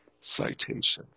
citations